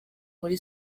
muri